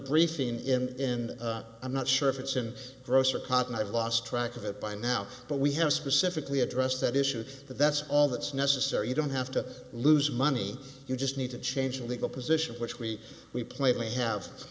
briefing in i'm not sure if it's in gross or cotton i've lost track of it by now but we have specifically addressed that issue but that's all that's necessary you don't have to lose money you just need to change the legal position which we we plainly have